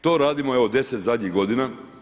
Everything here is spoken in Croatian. To radimo evo 10 zadnjih godina.